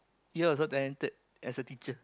you are also talented as a teacher